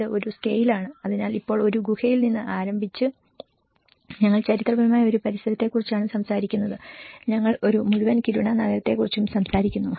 ഇത് ഒരു സ്കെയിൽ ആണ് അതിനാൽ ഇപ്പോൾ ഒരു ഗുഹയിൽ നിന്ന് ആരംഭിച്ച് ഞങ്ങൾ ചരിത്രപരമായ ഒരു പരിസരത്തെക്കുറിച്ചാണ് സംസാരിക്കുന്നത് ഞങ്ങൾ ഒരു മുഴുവൻ കിരുണ നഗരത്തെക്കുറിച്ചും സംസാരിക്കുന്നു